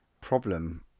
Problem